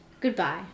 goodbye